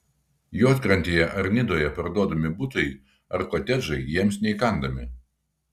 juodkrantėje ar nidoje parduodami butai ar kotedžai jiems neįkandami